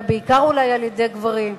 אלא אולי בעיקר על-ידי גברים.